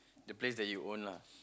the place that you own lah